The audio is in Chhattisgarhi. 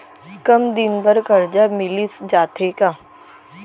कम दिन बर करजा मिलिस जाथे का?